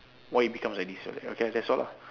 why it becomes like this right okay that's all lah